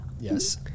Yes